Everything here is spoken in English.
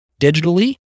digitally